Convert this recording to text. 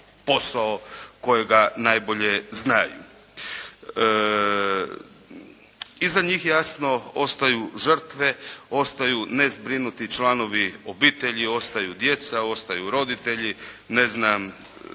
posao kojega najbolje znaju. Iza njih jasno ostaju žrtve, ostaju nezbrinuti članovi obitelji, ostaju djeca, ostaju roditelji, ne znam